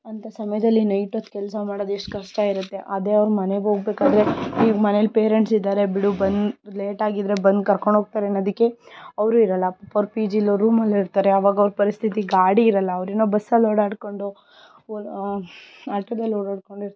ಅಂಥ ಸಮಯದಲ್ಲಿ ನೈಟ್ ಹೊತ್ತು ಕೆಲಸ ಮಾಡೋದು ಎಷ್ಟು ಕಷ್ಟ ಇರುತ್ತೆ ಅದೇ ಅವರು ಮನೆಗೋಗ್ಬೇಕಾದ್ರೆ ಈಗ ಮನೆಯಲ್ಲಿ ಪೇರೆಂಟ್ಸ್ ಇದ್ದಾರೆ ಬಿಡು ಬಂದು ಲೇಟ್ ಆಗಿದ್ದರೆ ಬಂದು ಕರ್ಕೊಂಡು ಹೋಗ್ತಾರೆ ಅನ್ನೋದಕ್ಕೆ ಅವರೂ ಇರಲ್ಲ ಅವರು ಪಿ ಜಿಲೋ ರೂಮಲ್ಲೋ ಇರ್ತಾರೆ ಆವಾಗ ಅವರ ಪರಿಸ್ಥಿತಿ ಗಾಡಿ ಇರಲ್ಲ ಅವರೇನೋ ಬಸ್ಸಲ್ಲಿ ಓಡಾಡಿಕೊಂಡು ಆಟೋದಲ್ಲಿ ಓಡಾಡಿಕೊಂಡು ಇರ್ತಾರೆ